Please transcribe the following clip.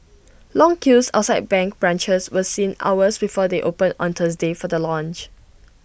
long queues outside bank branches were seen hours before they opened on Thursday for the launch